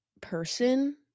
person